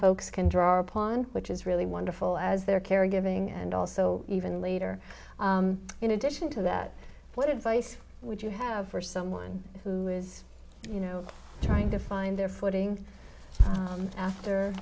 folks can draw upon which is really wonderful as they're caregiving and also even later in addition to that what advice would you have for someone who is you know trying to find their footing after